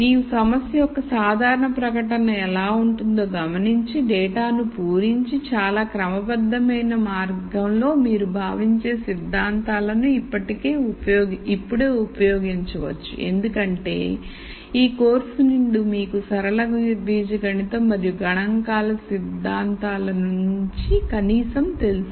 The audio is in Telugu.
నీవు సమస్య యొక్క సాధారణ ప్రకటన ఎలా ఉంటుందో గమనించి డేటాను పూరించిచాలా క్రమబద్ధమైన మార్గంలో మీరు భావించే సిద్ధాంతాలను ఇప్పుడే ఉపయోగించవచ్చు ఎందుకంటే ఈ కోర్సు నుండి మీకు సరళ బీజగణితం మరియు గణాంకాల సిద్ధాంతాల నుండి కనీసం తెలుసు